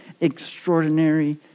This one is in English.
extraordinary